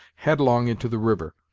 headlong into the river.